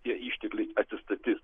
tie ištekliai atsistatis